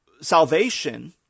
salvation